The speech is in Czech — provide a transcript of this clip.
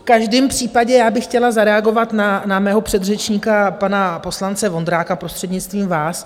V každém případě bych chtěla zareagovat na svého předřečníka, pana poslance Vondráka, prostřednictvím vás.